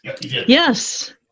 Yes